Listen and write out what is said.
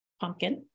pumpkin